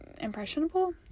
impressionable